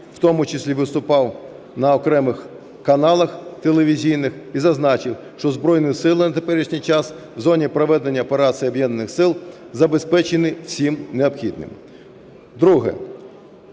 в тому числі виступав на окремих каналах телевізійних, і зазначив, що Збройні Сили на теперішній час в зоні проведення операції Об'єднаних сил забезпечені всім необхідним. Друге.